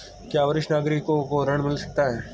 क्या वरिष्ठ नागरिकों को ऋण मिल सकता है?